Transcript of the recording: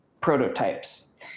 prototypes